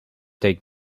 take